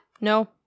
No